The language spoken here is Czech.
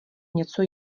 něco